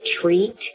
treat